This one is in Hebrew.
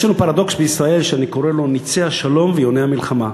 יש לנו פרדוקס בישראל שאני קורא לו נצי השלום ויוני המלחמה.